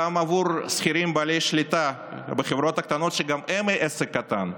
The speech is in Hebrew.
גם בעבור שכירים בעלי שליטה בחברות הקטנות שגם הן עסק קטן,